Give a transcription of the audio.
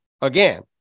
again